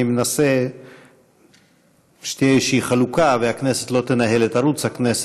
אני מנסה שתהיה איזושהי חלוקה והכנסת לא תנהל את ערוץ הכנסת,